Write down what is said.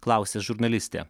klausia žurnalistė